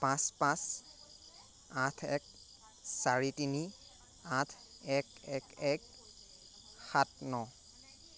পাঁচ পাঁচ আঠ এক চাৰি তিনি আঠ এক এক এক সাত ন